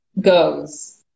goes